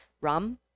rum